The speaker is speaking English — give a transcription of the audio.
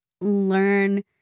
learn